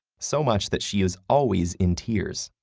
so much that she is always in tears.